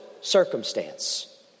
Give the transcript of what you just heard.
circumstance